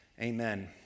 amen